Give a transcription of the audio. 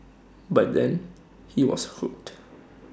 by then he was hooked